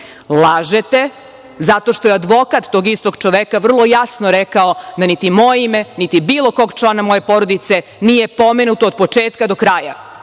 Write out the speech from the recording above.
Lažete, zato što je advokat tog istog čoveka vrlo jasno rekao da niti moje ime, niti bilo kog člana moje porodice, nije pomenuto od početka do kraja.